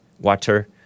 water